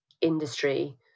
industry